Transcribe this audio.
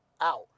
out